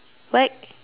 right